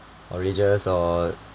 religious or